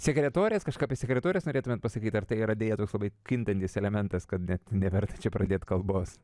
sekretorės kažką apie sekretores norėtumėt pasakyti ar tai yra deja toks labai kintantis elementas kad net neverta čia pradėt kalbos